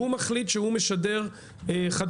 והוא מחליט שהוא משדר חדשות,